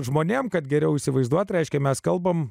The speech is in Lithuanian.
žmonėms kad geriau įsivaizduoti reiškia mes kalbame